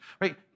right